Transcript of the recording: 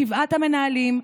שבעת המנהלים,